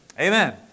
Amen